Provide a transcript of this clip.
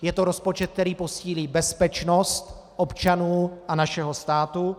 Je to rozpočet, který posílí bezpečnost občanů a našeho státu.